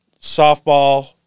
softball